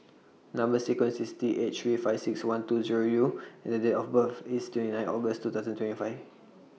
Number sequence IS T eight three five six one two Zero U and The Date of birth IS twenty nine August two thousand twenty five